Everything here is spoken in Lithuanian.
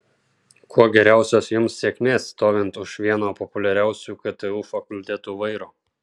kuo geriausios jums sėkmės stovint už vieno populiariausių ktu fakultetų vairo